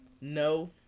no